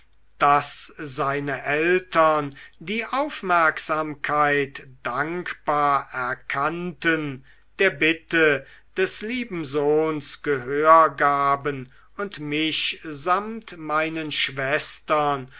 daß seine eltern die aufmerksamkeit dankbar erkannten der bitte des lieben sohns gehör gaben und mich samt meinen schwestern